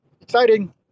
exciting